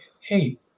hey